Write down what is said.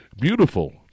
beautiful